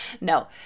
no